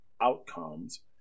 outcomes